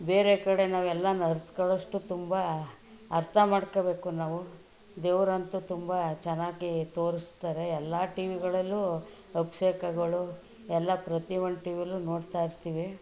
ಬೇರೆ ಕಡೆ ನಾವು ಎಲ್ಲನೂ ಅರಿತ್ಕೊಳ್ಳೋಷ್ಟು ತುಂಬ ಅರ್ಥ ಮಾಡ್ಕೊಳ್ಬೇಕು ನಾವು ದೇವರಂತೂ ತುಂಬ ಚೆನ್ನಾಗಿ ತೋರಿಸ್ತಾರೆ ಎಲ್ಲ ಟಿವಿಗಳಲ್ಲೂ ಅಭಿಷೇಕಗಳು ಎಲ್ಲ ಪ್ರತಿ ಒಂದು ಟಿವಿಯಲ್ಲೂ ನೋಡ್ತಾಯಿರ್ತೀವಿ